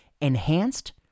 Enhanced